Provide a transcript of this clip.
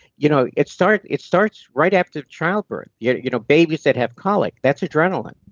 you know it starts it starts right after childbirth, yeah you know babies that have colic. that's adrenaline.